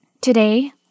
Today